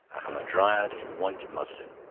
a hamadryad in white muslin,